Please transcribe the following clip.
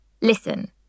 Listen